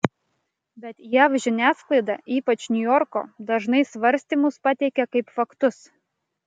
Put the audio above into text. bet jav žiniasklaida ypač niujorko dažnai svarstymus pateikia kaip faktus